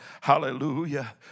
Hallelujah